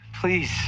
Please